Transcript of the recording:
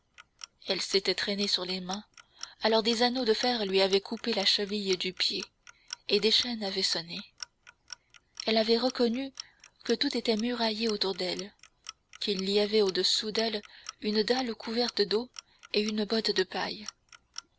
elle s'était traînée sur les mains alors des anneaux de fer lui avaient coupé la cheville du pied et des chaînes avaient sonné elle avait reconnu que tout était muraille autour d'elle qu'il y avait au-dessous d'elle une dalle couverte d'eau et une botte de paille